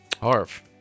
Harf